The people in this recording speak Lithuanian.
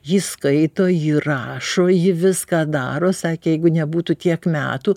ji skaito ji rašo ji viską daro sakė jeigu nebūtų tiek metų